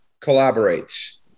collaborates